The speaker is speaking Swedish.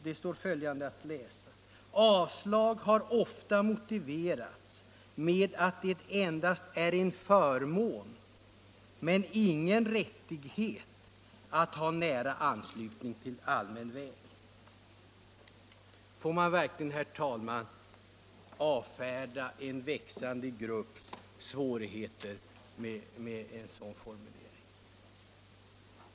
Det står följande att läsa: ”Avslag har ofta motiverats med att det endast är en förmån men ingen rättighet att ha nära anslutning till allmän väg.” Får man verkligen, herr talman, avfärda en växande grupps svårigheter med en sådan formulering?